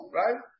right